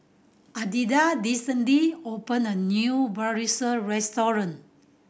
Alida recently opened a new Bratwurst Restaurant